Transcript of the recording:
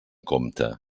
compte